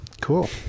cool